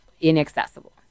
inaccessible